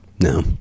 no